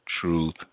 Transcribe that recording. truth